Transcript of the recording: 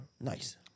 nice